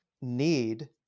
need